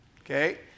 Okay